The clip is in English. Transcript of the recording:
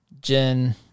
Jen